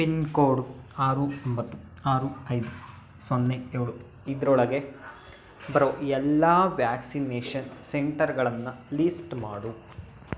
pin code ಆರು ಒಂಬತ್ತು ಆರು ಐದು ಸೊನ್ನೆ ಏಳು ಇದರೊಳಗೆ ಬರೋ ಎಲ್ಲ ವ್ಯಾಕ್ಸಿನೇಷನ್ ಸೆಂಟರ್ಗಳನ್ನು ಲಿಸ್ಟ್ ಮಾಡು